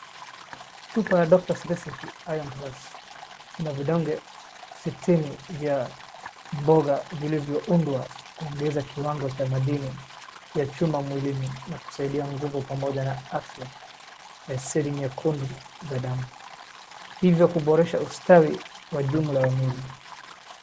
Chupa ya Doctor's Recipe Iron Plus . Ina vidonge sitini vya mboga vilivyoundwa kuongeza kiwango cha madini ya chuma mwilini na kusaidia nguvu pamoja na afya ya seli nyekundu za damu. Hivyo kuboresha ustawi wa jumla wa mwili.